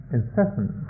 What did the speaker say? incessant